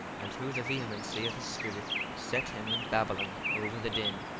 and through the vehemency of his spirit set him in babylon over the den.